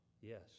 Yes